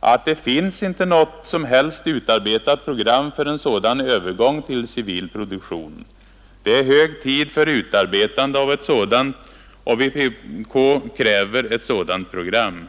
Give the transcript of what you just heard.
att det inte finns något som helst utarbetat program för en sådan övergång till civil produktion. Det är hög tid att utarbeta ett sådant, och vpk kräver ett sådant program.